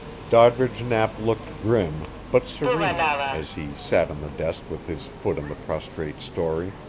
doddridge knapp looked grim, but serene, as he sat on the desk with his foot on the prostrate storey.